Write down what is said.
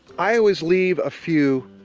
i always leave a few,